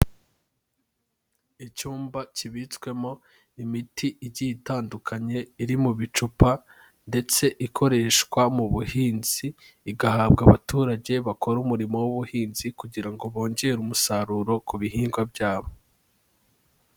Icyumba kibitswemo imiti igiye itandukanye iri mu bicupa, ndetse ikoreshwa mu buhinzi, igahabwa abaturage bakora umurimo w'ubuhinzi kugira ngo bongere umusaruro ku bihingwa byabo.